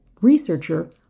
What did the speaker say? researcher